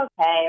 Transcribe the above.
okay